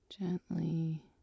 Gently